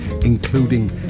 including